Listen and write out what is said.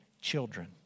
children